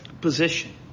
position